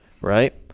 right